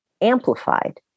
amplified